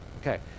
okay